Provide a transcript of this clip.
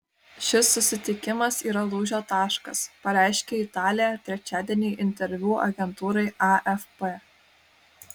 šis susitikimas yra lūžio taškas pareiškė italė trečiadienį interviu agentūrai afp